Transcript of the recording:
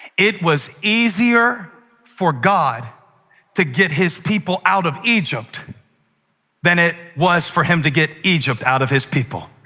it was easier for god to get his people out of egypt than it was for him to get egypt out of his people.